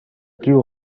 plus